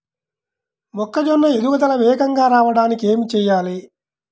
మొక్కజోన్న ఎదుగుదల వేగంగా రావడానికి ఏమి చెయ్యాలి?